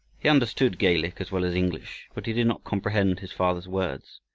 he understood gaelic as well as english, but he did not comprehend his father's words.